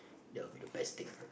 that will be the best thing